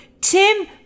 Tim